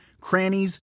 crannies